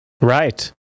Right